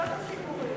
לא את הסיפורים.